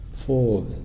Four